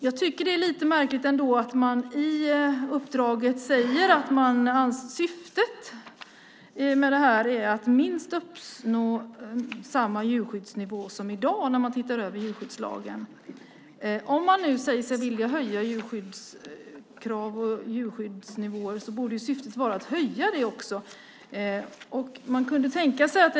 Jag tycker att det är lite märkligt att man i uppdraget säger att syftet med översynen av djurskyddslagen är att minst uppnå samma djurskyddsnivå som i dag. Om man nu säger sig vilja höja djurskyddskrav och djurskyddsnivåer borde syftet också vara att höja dem.